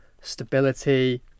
stability